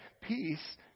peace